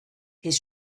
his